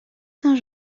saint